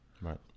Right